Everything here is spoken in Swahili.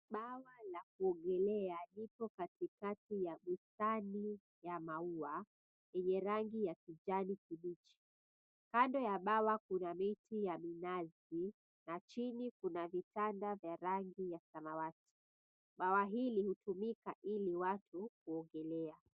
Bwawa la kuogelea liko katikati ya bustani ya maua yenye rangi ya kijani kibichi. Kando ya bawa kuna miti ya minazi na chini kuna vitanda vya rangi ya samawati. Bwawa hili hutumika ili watu kuogelea.